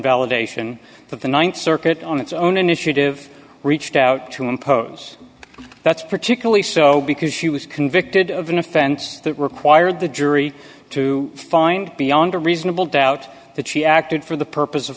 validation of the th circuit on its own initiative reached out to impose that's particularly so because she was convicted of an offense that required the jury to find beyond a reasonable doubt that she acted for the purpose of